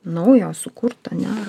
naujo sukurt ane